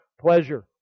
pleasure